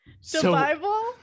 Survival